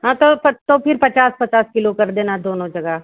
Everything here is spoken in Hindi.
हाँ तो तो फिर पचास पचास किलो कर देना दोनों जगह